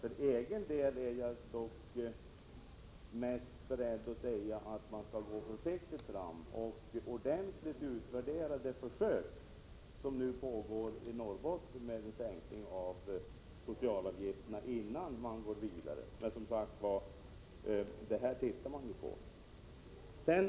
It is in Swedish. För egen del anser jag dock att man skall gå försiktigt fram och ordentligt utvärdera de försök med sänkta sociala avgifter som nu pågår i Norrbotten innan man går vidare. Men man studerar alltså redan denna fråga.